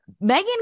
Megan